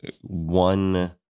one